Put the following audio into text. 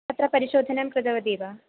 तत्र परिशोधनं कृतवती वा